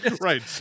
right